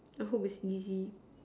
I hope it's easy